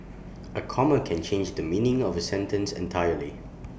A comma can change the meaning of A sentence entirely